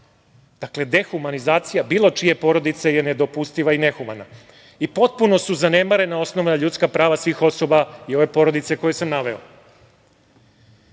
Dakle, dehumanizacija bilo čije porodice je nedopustiva i nehumana. Jer, potpuno su zanemarena osnovna ljudska prava svih osoba i ove porodice koju sam naveo. Ne